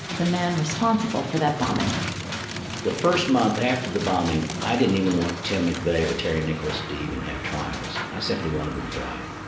the man responsible for that bombing the first month after the bombing, i didn't even want tim mcveigh or terry nichols to even have trials. i simply wanted them fried.